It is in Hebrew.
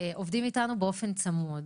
עובדים איתנו באופן צמוד.